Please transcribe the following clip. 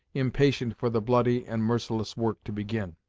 impatient for the bloody and merciless work to begin.